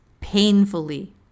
painfully